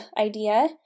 idea